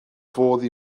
fodd